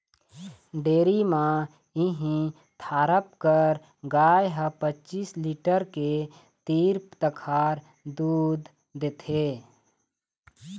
dairy म इहीं थारपकर गाय ह पचीस लीटर के तीर तखार दूद देथे